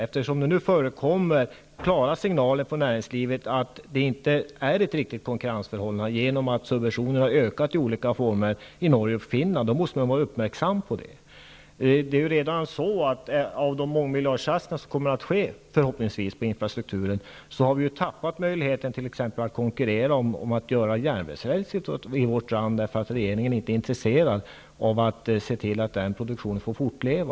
Eftersom det nu kommer klara signaler från näringslivet om att det inte råder ett riktigt konkurrensförhållande genom att olika subventioner i Norge och Finland har ökat, borde man vara uppmärksam på utvecklingen. När det gäller de mångmiljardsatsningar som förhoppningsvis kommer att göras i infrastrukturen vill jag betona att vi har förlorat möjligheten att konkurrera om att tillverka järnvägsräls i vårt land, eftersom regeringen inte är intresserad av att se till att denna produktion får fortleva.